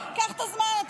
קחי את הזמן.